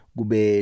gube